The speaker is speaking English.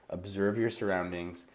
observe your surroundings,